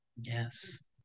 Yes